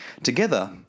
Together